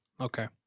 Okay